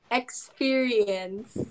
experience